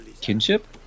kinship